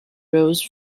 rose